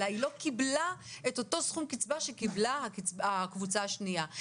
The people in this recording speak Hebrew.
אלא היא לא קיבלה את אותו סכום קצבה שקיבלה הקבוצה השנייה.